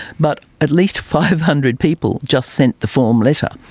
but at least five hundred people just sent the form letter.